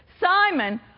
Simon